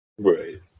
Right